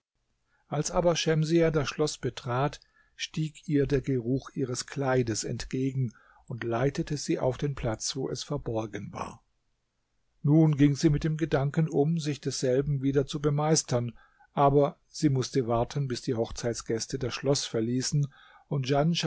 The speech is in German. als aber schemsiah das schloß betrat stieg ihr der geruch ihres kleides entgegen und leitete sie auf den platz wo es verborgen war nun ging sie mit dem gedanken um sich desselben wieder zu bemeistern aber sie mußte warten bis die hochzeitsgäste das schloß verließen und